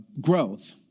growth